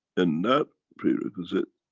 and that prerequisite,